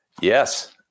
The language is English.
Yes